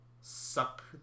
suck